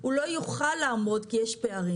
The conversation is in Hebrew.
הוא לא יוכל לעמוד כי יש פערים.